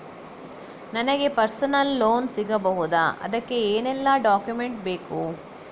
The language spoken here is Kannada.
ನನಗೆ ಪರ್ಸನಲ್ ಲೋನ್ ಸಿಗಬಹುದ ಅದಕ್ಕೆ ಏನೆಲ್ಲ ಡಾಕ್ಯುಮೆಂಟ್ ಬೇಕು?